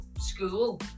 school